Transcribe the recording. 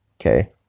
Okay